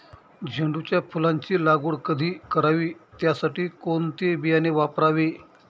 झेंडूच्या फुलांची लागवड कधी करावी? त्यासाठी कोणते बियाणे वापरावे?